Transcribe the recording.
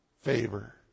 favor